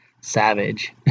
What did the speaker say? Savage